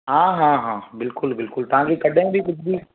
हा हा हा बिल्कुलु बिल्कुलु तव्हां खे कॾहिं बि कुझु बि